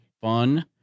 fun